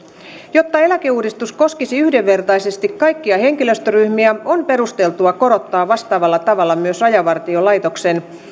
jotta eläkeuudistus koskisi yhdenvertaisesti kaikkia henkilöstöryhmiä on perusteltua korottaa vastaavalla tavalla myös rajavartiolaitoksen